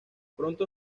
pronto